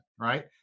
right